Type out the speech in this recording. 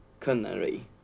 culinary